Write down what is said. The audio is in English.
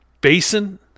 basin